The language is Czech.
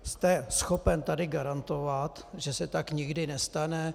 Jste schopen tady garantovat, že se tak nikdy nestane?